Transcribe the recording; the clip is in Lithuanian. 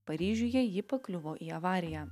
paryžiuje ji pakliuvo į avariją